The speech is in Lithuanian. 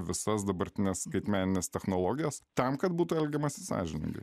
visas dabartines skaitmenines technologijas tam kad būtų elgiamasi sąžiningai